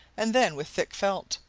and then with thick felt.